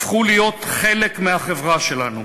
הפכו להיות חלק מהחברה שלנו.